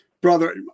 brother